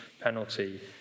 penalty